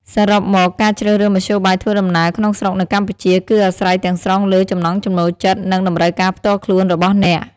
សរុបមក ការជ្រើសរើសមធ្យោបាយធ្វើដំណើរក្នុងស្រុកនៅកម្ពុជា គឺអាស្រ័យទាំងស្រុងលើ ចំណង់ចំណូលចិត្ត និង តម្រូវការផ្ទាល់ខ្លួន របស់អ្នក។